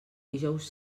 dijous